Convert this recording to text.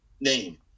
name